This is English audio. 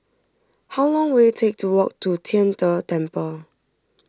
how long will it take to walk to Tian De Temple